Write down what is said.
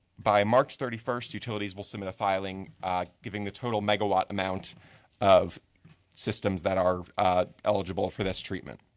by march thirty first utilities will submit a filing giving the total mega watt amount of systems that are eligible for this treatment.